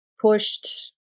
Pushed